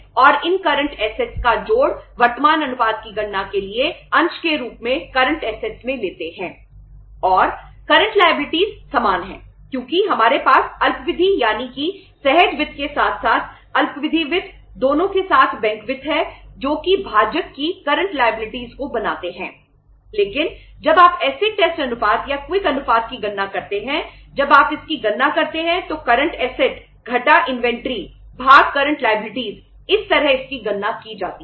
और current liabilities इस तरह इसकी गणना की जाती है